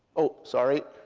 oh, sorry.